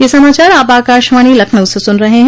ब्रे क यह समाचार आप आकाशवाणी लखनऊ से सुन रहे हैं